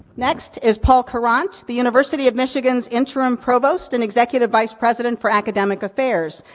next, is paul courant, the university of michigan's interim provost, and executive vice president for academic affairs.